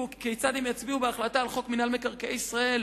כיצד הם יצביעו בהחלטה על חוק מינהל מקרקעי ישראל.